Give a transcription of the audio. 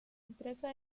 empresa